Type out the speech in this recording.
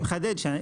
אני מחדד.